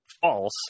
false